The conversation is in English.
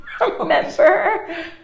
remember